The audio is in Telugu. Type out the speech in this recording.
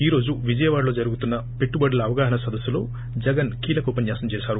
ఈరోజు విజయవాడలో జరుగుతున్న పెట్టుబడుల అవగాహన సదస్సులో జగన్ కీలక ఉపన్యాసం చేశారు